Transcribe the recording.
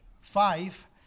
five